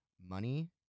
Money